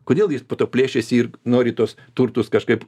kodėl jis po to plėšėsi ir nori tuos turtus kažkaip